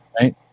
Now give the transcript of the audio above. right